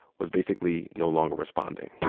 was basically no longer responding